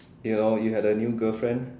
you know you had a new girlfriend